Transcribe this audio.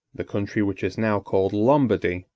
the country which is now called lombardy,